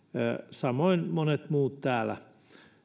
samoin monet muut täällä